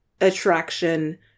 attraction